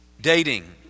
dating